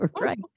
right